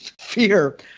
fear